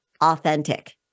authentic